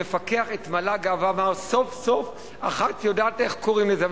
המפקח התמלא גאווה ואמר: סוף-סוף אחת יודעת איך קוראים לזה.